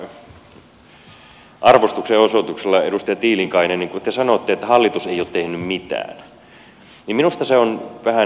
kaikella arvostuksen osoituksella edustaja tiilikainen kun te sanoitte että hallitus ei ole tehnyt mitään niin minusta se on vähän